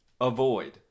Avoid